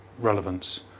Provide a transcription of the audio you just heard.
relevance